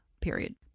Period